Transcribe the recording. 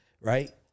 right